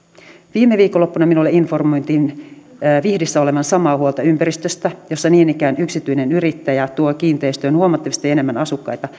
viime viikonloppuna minulle informoitiin vihdissä olevan samaa huolta ympäristöstä siellä niin ikään yksityinen yrittäjä tuo kiinteistöön huomattavasti enemmän asukkaita